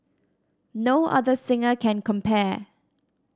no other singer can compare